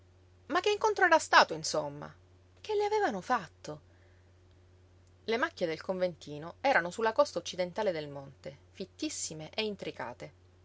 ma che incontro era stato insomma che le avevano fatto le macchie del conventino erano su la costa occidentale del monte fittissime e intricate